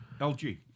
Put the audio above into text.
LG